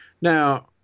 Now